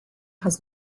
has